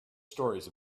stories